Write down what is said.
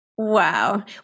Wow